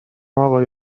آقای